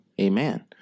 Amen